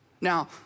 Now